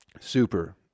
Super